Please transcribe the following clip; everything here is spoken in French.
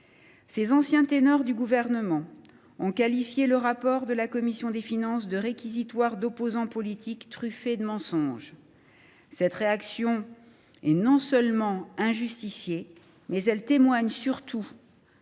Ces ex ténors du Gouvernement ont qualifié le rapport de notre commission de « réquisitoire d’opposants politiques, truffé de mensonges ». Cette réaction est non seulement injustifiée, mais elle témoigne surtout